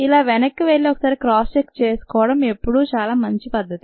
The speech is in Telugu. ఇలా వెనక్కి వెళ్లి ఒకసారి క్రాస్ చెక్ చేసుకోవడం ఎప్పుడూ మంచి చేస్తుంది